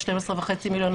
12.5 מיליון,